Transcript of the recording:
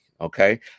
Okay